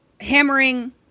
hammering